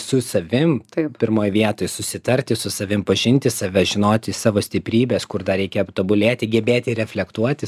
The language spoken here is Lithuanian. su savim pirmoj vietoj susitarti su savim pažinti save žinoti savo stiprybes kur reikia tobulėti gebėti reflektuoti